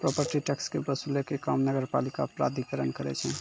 property tax के वसूलै के काम नगरपालिका प्राधिकरण करै छै